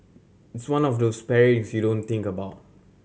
it's one of those pairing you don't think about